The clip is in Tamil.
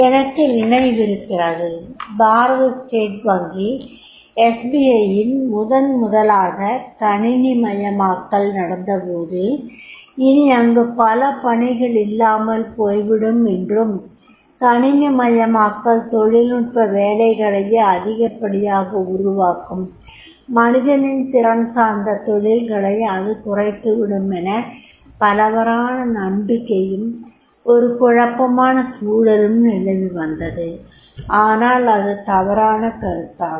எனக்கு நினைவிருக்கிறது பாரத ஸ்டேட் வங்கி யில் முதன்முதலாக கணிணிமயமாக்கல் நடந்தபோது இனி அங்கு பல பணிகள் இல்லாமல் போய்விடும் என்றும் கணிணிமயமாக்கல் தொழிநுட்ப வேலைகளையே அதிகப்படியாக உருவாக்கும் மனிதனின் திறன் சார்ந்த தொழில்களை அது குறைத்துவிடுமென்று பரவலான நம்பிக்கையும் ஒரு குழப்பமான சூழலும் நிலவி வந்தது ஆனால் அது தவறான கருத்தாகும்